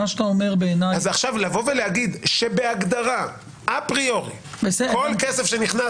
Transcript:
לבוא ולהגיד שבהגדרה אפריורי כל כסף שנכנס